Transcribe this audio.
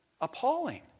appalling